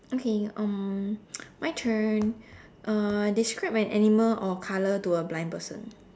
okay um my turn uh describe an animal or color to a blind person